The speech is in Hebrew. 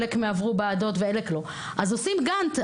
עושים גאנט.